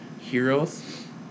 heroes